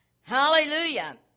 Hallelujah